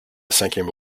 cinquième